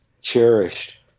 cherished